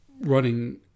running